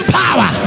power